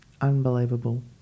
unbelievable